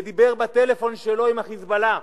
ודיבר בטלפון שלו עם ה"חיזבאללה".